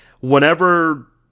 whenever